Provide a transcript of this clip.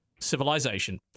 Civilization